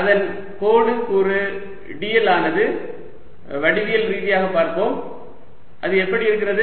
அதன் கோடு கூறு dl ஆனது வடிவியல் ரீதியாகப் பார்ப்போம் அது எப்படி இருக்கிறது